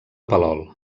palol